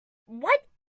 what